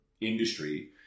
industry